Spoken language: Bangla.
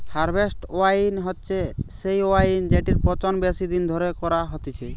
হারভেস্ট ওয়াইন হচ্ছে সেই ওয়াইন জেটির পচন বেশি দিন ধরে করা হতিছে